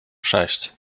sześć